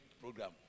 program